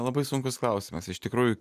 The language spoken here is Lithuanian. labai sunkus klausimas iš tikrųjų